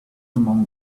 among